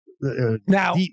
now